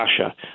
Russia